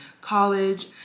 college